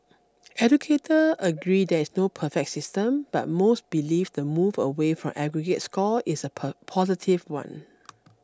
educator agree there is no perfect system but most believe the move away from aggregate scores is a positive one